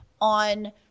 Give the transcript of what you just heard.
on